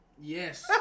Yes